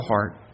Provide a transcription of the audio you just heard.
heart